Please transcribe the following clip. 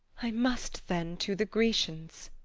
i must then to the grecians?